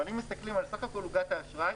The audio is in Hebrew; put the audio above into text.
אבל אם מסתכלים על סך כול עוגת האשראי,